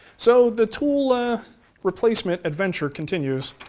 so, the tool ah replacement adventure continues